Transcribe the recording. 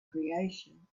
creation